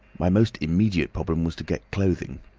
my most immediate problem was to get clothing.